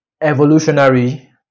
evolutionary